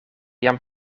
jam